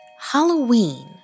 Halloween